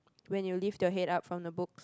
when you lift your head up from the books